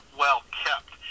well-kept